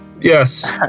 Yes